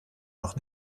noch